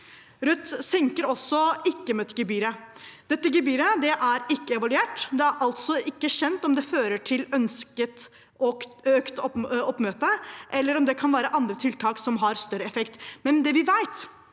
Rødt senker også ikke møtt-gebyret. Dette gebyret er ikke evaluert. Det er altså ikke kjent om det fører til økt oppmøte, eller om det kan være andre tiltak som har større effekt. Men det vi vet,